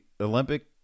Olympic